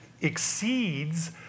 exceeds